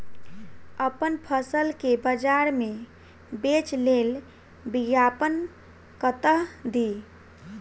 अप्पन फसल केँ बजार मे बेच लेल विज्ञापन कतह दी?